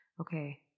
okay